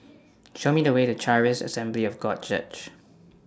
Show Me The Way to Charis Assembly of God Church